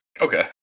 Okay